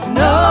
no